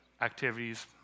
activities